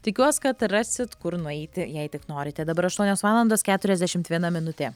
tikiuos kad rasit kur nueiti jei tik norite dabar aštuonios valandos keturiasdešimt viena minutė